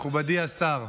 מכובדי השר,